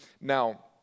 Now